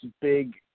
big